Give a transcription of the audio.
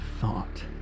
thought